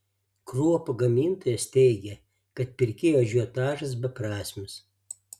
kruopų gamintojas teigia kad pirkėjų ažiotažas beprasmis